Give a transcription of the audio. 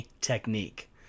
technique